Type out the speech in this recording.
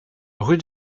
rue